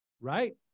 Right